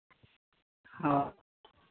ᱚ